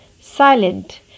silent